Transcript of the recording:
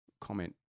comment